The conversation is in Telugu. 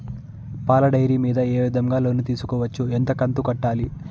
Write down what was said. పాల డైరీ మీద ఏ విధంగా లోను తీసుకోవచ్చు? ఎంత కంతు కట్టాలి?